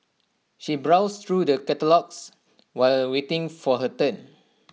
she browsed through the catalogues while waiting for her turn